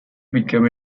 become